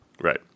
Right